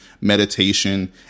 meditation